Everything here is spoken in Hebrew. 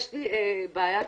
יש לי בעיה כאן,